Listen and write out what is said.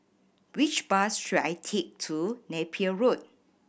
which bus should I take to Napier Road